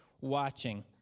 watching